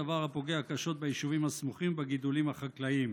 דבר הפוגע קשות ביישובים הסמוכים ובגידולים החקלאיים.